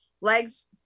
Legs